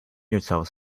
yourself